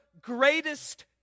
greatest